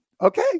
okay